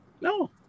no